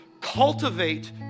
cultivate